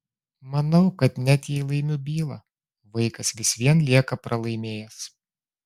manau kad net jei laimiu bylą vaikas vis vien lieka pralaimėjęs